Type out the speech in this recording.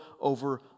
over